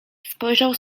spojrzał